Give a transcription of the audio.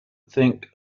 think